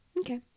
Okay